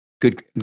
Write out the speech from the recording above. good